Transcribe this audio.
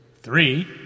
Three